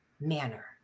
manner